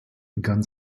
begann